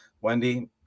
Wendy